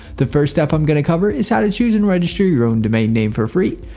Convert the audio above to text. the first step i'm going to cover is how to choose and register your own domain name for free.